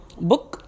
book